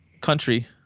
Country